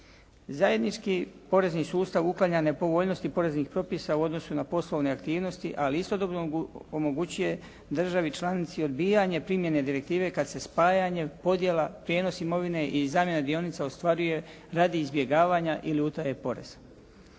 Zajednički porezni sustav uklanja nepovoljnosti poreznih propisa u odnosu na poslovne aktivnosti ali istodobno omogućuje državi članici odbijanje primjene direktive kada se spajanjem, podjela, prijenos imovine i zamjena dionica ostvaruje radi izbjegavanja ili utaje poreza.